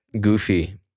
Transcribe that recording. goofy